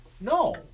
no